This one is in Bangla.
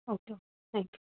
ওকে ও থ্যাংক ইউ